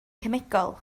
cemegol